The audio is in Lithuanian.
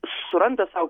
suranda sau